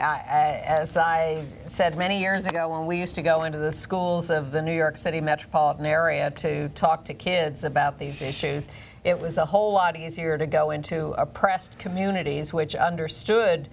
as i said many years ago when we used to go into the schools of the new york city metropolitan area to talk to kids about these issues it was a whole lot easier to go into a press communities which understood